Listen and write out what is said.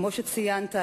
כמו שציינת,